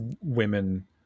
women